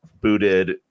booted